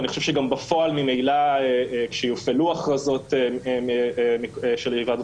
ואני חושב שגם בפועל ממילא כשיופעלו הכרזות של היוועדות